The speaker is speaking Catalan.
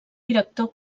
director